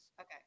okay